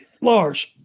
Lars